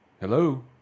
Hello